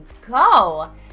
go